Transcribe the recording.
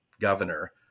governor